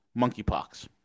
monkeypox